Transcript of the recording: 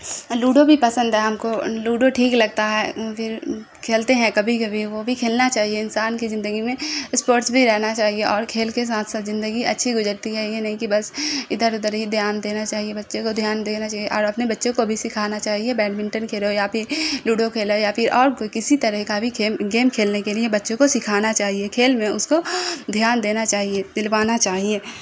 ludo بھی پسند ہے ہم کو لوڈو ٹھیک لگتا ہے پھر کھیلتے ہیں کبھی کبھی وہ بھی کھیلنا چاہیے انسان کی زندگی میں اسپورٹس بھی رہنا چاہیے اور کھیل کے ساتھ ساتھ زندگی اچھی گزرتی ہے یہ نہیں کہ بس ادھر ادھر ہی دھیان دینا چاہیے بچے کو دھیان دینا چاہیے اور اپنے بچے کو بھی سکھانا چاہیے بیڈمنٹن کھیلو یا پھر لوڈو کھیلو یا پھر اور کسی طرح کا بھی گیم گیم کھیلنے کے لیے بچوں کو سکھانا چاہیے کھیل میں اس کو دھیان دینا چاہیے دلوانا چاہیے